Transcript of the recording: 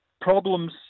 problems